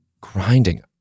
grinding